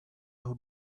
would